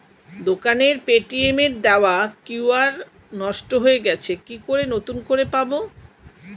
দোকানের পেটিএম এর দেওয়া কিউ.আর নষ্ট হয়ে গেছে কি করে নতুন করে পাবো?